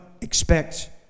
expect